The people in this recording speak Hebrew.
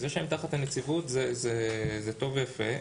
זה שהם תחת הנציבות זה טוב ויפה,